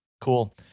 Cool